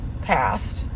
passed